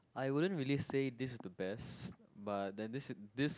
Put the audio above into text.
I wouldn't really say this is the best but then this this